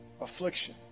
affliction